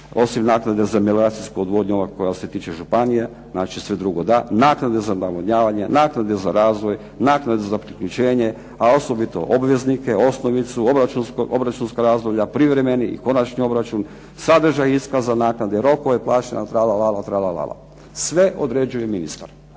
osim naknade za melioracijsku odvodnju, ova koja se tiče županija, znači sve drugo da. Naknade za navodnjavanje, naknade za razvoj, naknade za priključenje, a osobito obveznike, osnovicu, obračunska razdoblja, privremeni i konačni obračun, sadržaj iskaza naknade, rokove plaćanja, tralalala, tralalala. Sve određuje ministar.